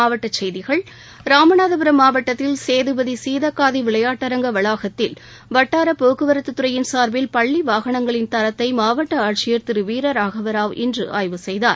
மாவட்டச் செய்கிகள் ராமநாதபுரம் மாவட்டத்தில் சேதுபதி சீதக்காதி விளையாட்டரங்க வளாகத்தில் வட்டார போக்குவரத்துத் துறையின் சார்பில் பள்ளி வாகனங்களின் தரத்தை மாவட்ட ஆட்சியர் திரு வீரராகவ ராவ் இன்று ஆய்வு செய்தார்